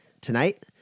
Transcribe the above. tonight